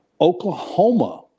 Oklahoma